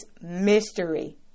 mystery